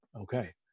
Okay